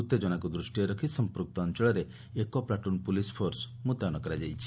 ଉତ୍ତେଜନାକୁ ଦୂଷିରେ ରଖି ସମ୍ମୁକ୍ତ ଅଞ୍ଚଳରେ ଏକ ପ୍ଲାଟୁନ ପୁଲିସ ଫୋର୍ସ ମ୍ବତୟନ କରାଯାଇଛି